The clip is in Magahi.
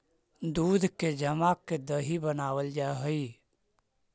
दूध के जमा के दही बनाबल जा हई